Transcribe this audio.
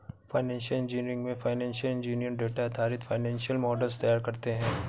financial engineering में financial engineer data आधारित financial models तैयार करते है